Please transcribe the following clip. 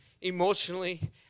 emotionally